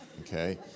Okay